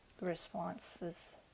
responses